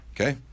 Okay